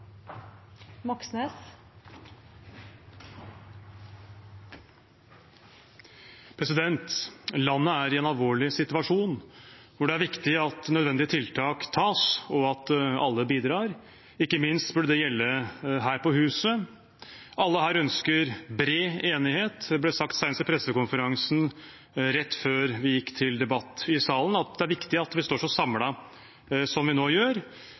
viktig at nødvendige tiltak tas, og at alle bidrar. Ikke minst burde det gjelde her på huset. Alle her ønsker bred enighet. Det ble sagt senest i pressekonferansen rett før vi gikk til debatt i salen, at det er viktig at vi står så samlet som vi nå gjør.